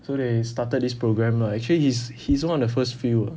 so they started this program lah actually he's he's one of the first few lah